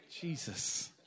Jesus